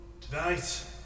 Tonight